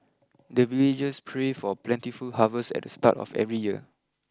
the villagers pray for plentiful harvest at the start of every year